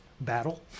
battle